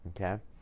Okay